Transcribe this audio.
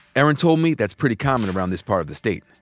erin told me that's pretty common around this part of the state.